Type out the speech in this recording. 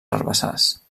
herbassars